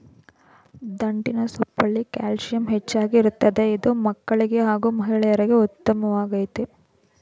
ದಂಟಿನ ಸೊಪ್ಪಲ್ಲಿ ಕ್ಯಾಲ್ಸಿಯಂ ಹೆಚ್ಚಾಗಿ ಇರ್ತದೆ ಇದು ಮಕ್ಕಳಿಗೆ ಹಾಗೂ ಮಹಿಳೆಯರಿಗೆ ಉತ್ಮವಾಗಯ್ತೆ